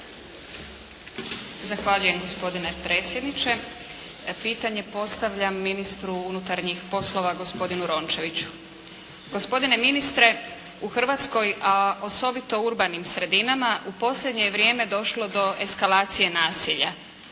Zahvaljujem gospodine predsjedniče. Pitanje postavljam ministru unutarnjih poslova, gospodinu Rončeviću. Gospodine ministre u Hrvatskoj, a osobito u urbanim sredinama u posljednje je vrijeme došlo do eskalacije nasilja.